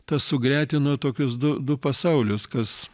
tas sugretino tokius du du pasaulius kas